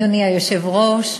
אדוני היושב-ראש,